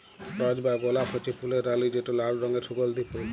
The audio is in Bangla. রজ বা গোলাপ হছে ফুলের রালি যেট লাল রঙের সুগল্ধি ফল